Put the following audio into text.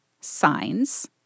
signs